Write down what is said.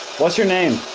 what's your name.